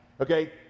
Okay